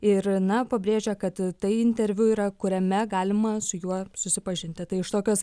ir na pabrėžia kad tai interviu yra kuriame galima su juo susipažinti tai iš tokios